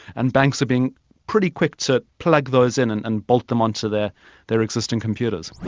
and banks are being pretty quick to plug those in and and bolt them onto their their existing computers.